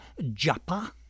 Japa